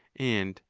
and,